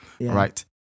right